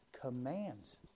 commands